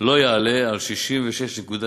לא יעלה על 66.66%,